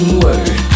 word